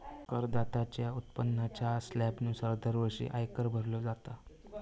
करदात्याच्या उत्पन्नाच्या स्लॅबनुसार दरवर्षी आयकर भरलो जाता